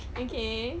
okay